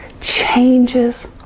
changes